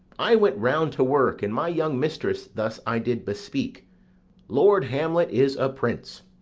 i went round to work, and my young mistress thus i did bespeak lord hamlet is a prince,